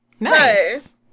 nice